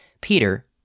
Peter